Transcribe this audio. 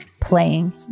playing